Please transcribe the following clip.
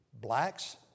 blacks